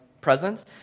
presence